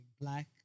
black